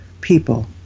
people